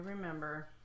remember